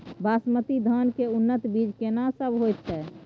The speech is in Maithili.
बासमती धान के उन्नत बीज केना सब होयत छै?